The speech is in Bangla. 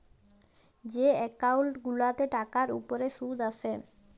যে এক্কাউল্ট গিলাতে টাকার উপর সুদ আসে